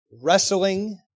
wrestling